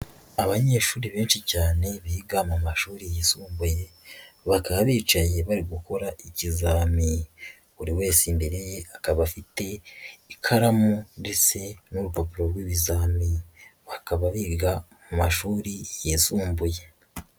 Abanyeshuri benshi cyane biga mu mashuri yisumbuye, bakaba bicaye bari gukora ikizami, buri wese imbere ye akaba afite ikaramu ndetse n'urupapuro rw'ibizami, bakaba biga mu mashuri yisumbuye.